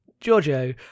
Giorgio